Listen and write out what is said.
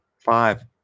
five